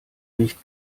nicht